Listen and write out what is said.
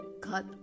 cut